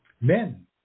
Men